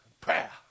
prayer